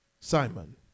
Simon